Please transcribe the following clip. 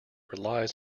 relies